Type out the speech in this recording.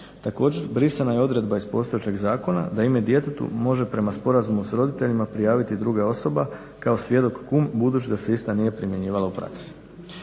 Također, brisana je odredba iz postojećeg zakona da ime djetetu može prema sporazumu s roditeljima prijaviti druga osoba kao svjedok kum budući da se ista nije primjenjivala u praksi.